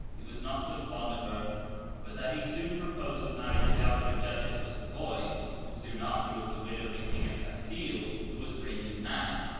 he was not so fond of her but that he soon proposed to marry the dowager duchess of savoy and, soon afterwards, the widow of the king of castile, who was raving mad.